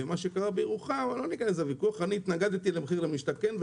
מה שקרה בירוחם לא ניכנס לוויכוח אני התנגדתי למחיר למשתכן,